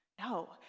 No